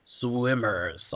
swimmers